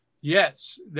yes